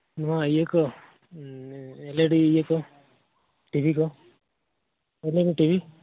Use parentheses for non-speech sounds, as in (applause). ᱱᱚᱣᱟ ᱤᱭᱟᱹ ᱠᱚ ᱮᱞ ᱤ ᱰᱤ ᱤᱭᱟᱹ ᱠᱚ ᱴᱤᱵᱷᱤ ᱠᱚ (unintelligible) ᱴᱤᱵᱷᱤ